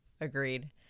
Agreed